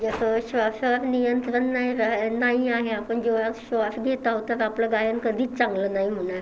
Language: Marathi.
जसं श्वासावर नियंत्रण नाही राहिलं नाही आहे आपण जेव्हा श्वास घेत आहो तर आपलं गायन कधीच चांगलं नाही होणार